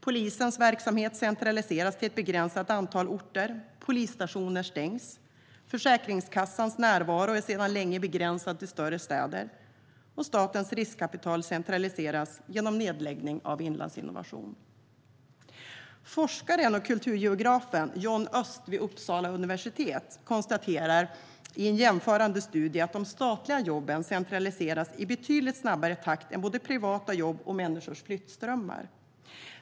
Polisens verksamhet centraliseras till ett begränsat antal orter. Polisstationer stängs. Försäkringskassans närvaro är sedan länge begränsad till större städer. Statens riskkapital centraliseras genom nedläggning av Inlandsinnovation. Forskaren och kulturgeografen John Östh vid Uppsala universitet konstaterar i en jämförande studie att de statliga jobben centraliseras i betydligt snabbare takt än både privata jobb och människors flyttströmmar.